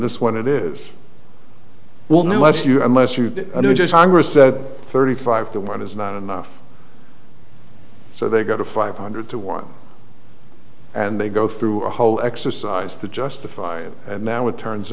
this one it is well no less you unless you do just that thirty five to one is not enough so they go to five hundred to one and they go through a whole exercise to justify it and now it turns